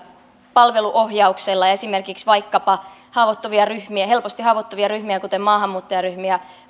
palveluohjauksella vaikkapa helposti haavoittuvia ryhmiä kuten maahanmuuttajaryhmiä